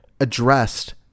addressed